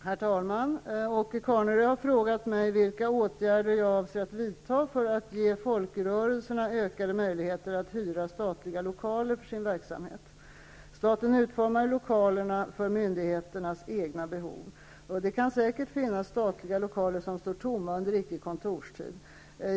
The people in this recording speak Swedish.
Herr talman! Åke Carnerö har frågat mig vilka åtgärder jag avser att vidta för att ge folkrörelserna ökade möjligheter att hyra statliga lokaler för sin verksamhet. Staten utformar lokalerna för myndigheternas egna behov. Det kan säkert finnas statliga lokaler som står tomma under icke kontorstid.